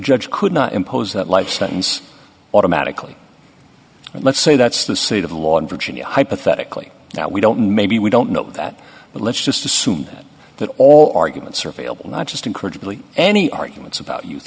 judge could not impose that life sentence automatically let's say that's the state of the law in virginia hypothetically that we don't maybe we don't know that but let's just assume that all arguments are available not just incredibly any arguments about youth